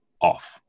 off